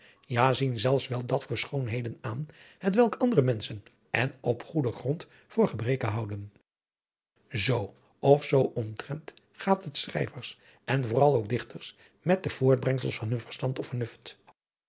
ja zien zelfs wel dat voor schoonheden aan hetwelk andere menschen en op goeden grond voor gebreken houden zoo of zoo omtrent gaat het schrijvers en vooral ook dichters met de voortbrengsels van hun verstand of